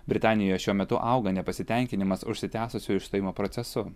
britanijoje šiuo metu auga nepasitenkinimas užsitęsusiu išstojimo procesu